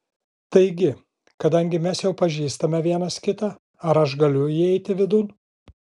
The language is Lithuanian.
taigi kadangi mes jau pažįstame vienas kitą ar aš galiu įeiti vidun